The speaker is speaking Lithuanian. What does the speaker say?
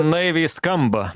naiviai skamba